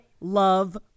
love